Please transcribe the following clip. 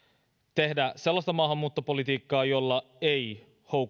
tehdä sellaista maahanmuuttopolitiikkaa jolla ei